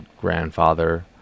grandfather